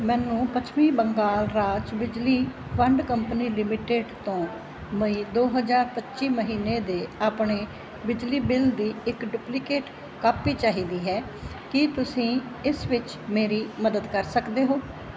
ਮੈਨੂੰ ਪੱਛਮੀ ਬੰਗਾਲ ਰਾਜ ਬਿਜਲੀ ਵੰਡ ਕੰਪਨੀ ਲਿਮਟਿਡ ਤੋਂ ਮਈ ਦੋ ਹਜ਼ਾਰ ਪੱਚੀ ਮਹੀਨੇ ਦੇ ਆਪਣੇ ਬਿਜਲੀ ਬਿੱਲ ਦੀ ਇੱਕ ਡੁਪਲੀਕੇਟ ਕਾਪੀ ਚਾਹੀਦੀ ਹੈ ਕੀ ਤੁਸੀਂ ਇਸ ਵਿੱਚ ਮੇਰੀ ਮਦਦ ਕਰ ਸਕਦੇ ਹੋ